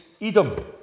Edom